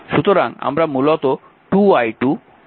সুতরাং আমরা মূলত 2i2 বা v0 লিখতে পারি